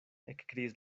ekkriis